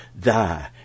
Thy